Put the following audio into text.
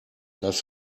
das